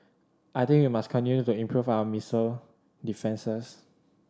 I think we must continue to improve our missile defences